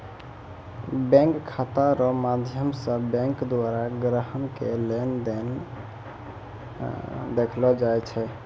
bank खाता रो माध्यम से बैंक द्वारा ग्राहक के लेन देन देखैलो जाय छै